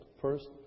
First